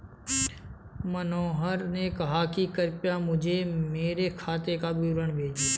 मनोहर ने कहा कि कृपया मुझें मेरे खाते का विवरण भेजिए